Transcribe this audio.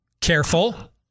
Careful